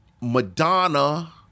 Madonna